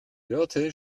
dörte